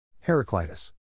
Heraclitus